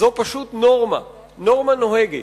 נורמה נהוגה.